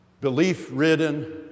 belief-ridden